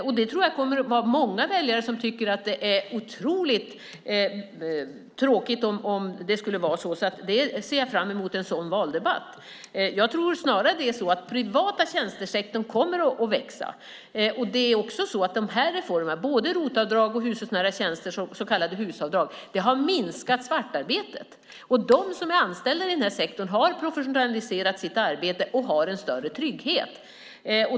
Jag tror att det kommer att vara många väljare som tycker att det är otroligt tråkigt om det blir på det sättet, så en sådan valdebatt ser jag fram emot. Jag tror att den privata tjänstesektorn snarare kommer att växa. Både ROT-avdrag och hushållsnära tjänster, så kallade HUS-avdrag, har minskat svartarbetet. De anställda inom sektorn har professionaliserats i sitt arbete och har en större trygghet.